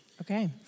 Okay